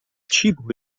cibo